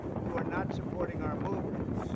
you are not supporting our movement,